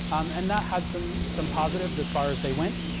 and that had some some positives as far as they went.